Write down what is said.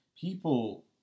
people